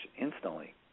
instantly